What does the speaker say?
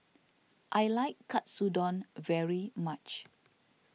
I like Katsudon very much